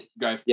go